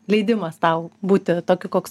leidimas tau būti tokiu koks